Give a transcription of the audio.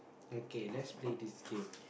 okay let's play this game